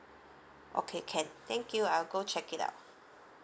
okay can thank you I'll go check it out